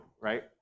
right